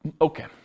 Okay